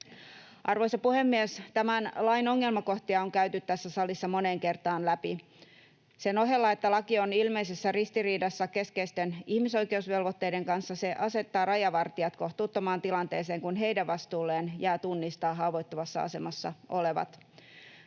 Arvoisa puhemies! Tämän lain ongelmakohtia on käyty tässä salissa moneen kertaan läpi. Sen ohella, että laki on ilmeisessä ristiriidassa keskeisten ihmisoikeusvelvoitteiden kanssa, se asettaa rajavartijat kohtuuttomaan tilanteeseen, kun heidän vastuulleen jää tunnistaa haavoittuvassa asemassa olevat.